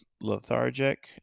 lethargic